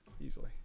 easily